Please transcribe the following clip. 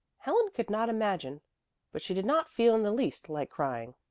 helen could not imagine but she did not feel in the least like crying.